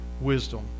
wisdom